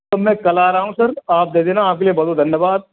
तो मैं कल आ रहा हूँ आप दे देना आपके लिए बहुत बहुत धन्यवाद